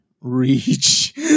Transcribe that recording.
Reach